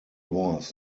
was